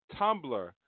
tumblr